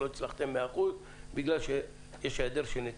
לא הצלחתם במאה אחוז, בגלל היעדר נתונים.